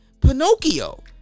Pinocchio